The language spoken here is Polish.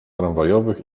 tramwajowych